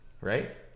Right